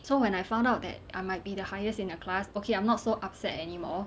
so when I found out that I might be the highest in the class okay I'm not so upset anymore